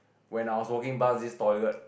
when I was walking past this toilet